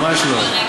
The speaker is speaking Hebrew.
ממש לא.